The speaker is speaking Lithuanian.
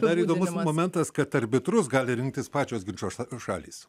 dar įdomus momentas kad arbitrus gali rinktis pačios ginčo šalys